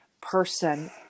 person